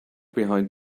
behind